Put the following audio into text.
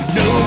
no